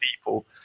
people